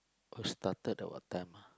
uh started at what time ah